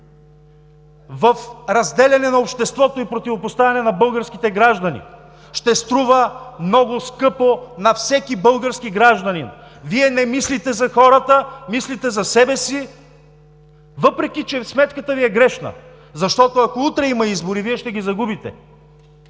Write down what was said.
в разделяне на обществото и противопоставяне на българските граждани, ще струва много скъпо на всеки български гражданин. Вие не мислите за хората. Мислите за себе си, въпреки че сметката Ви е грешна! Защото, ако утре има избори, Вие ще ги загубите.